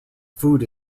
food